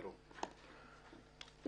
אם